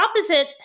opposite